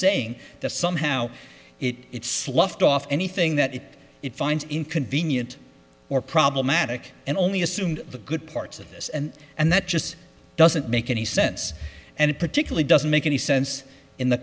saying that somehow it sloughed off anything that it finds inconvenient or problematic and only assumed the good parts of this and and that just doesn't make any sense and it particularly doesn't make any sense in the